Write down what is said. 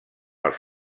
els